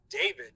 David